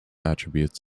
attributes